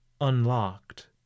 unlocked